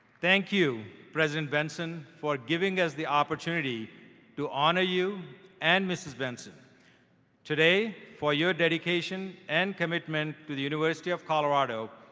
thank you, president benson for giving us the opportunity to honor you and mrs. benson today for your dedication and commitment to the university of colorado,